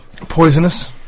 poisonous